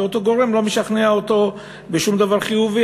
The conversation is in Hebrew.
ואותו גורם לא משכנע אותו בשום דבר חיובי,